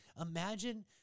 Imagine